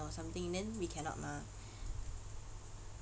or something then we cannot mah